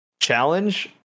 challenge